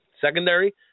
Secondary